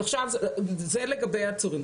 אם כן, זה לגבי עצורים.